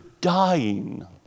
dying